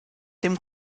dem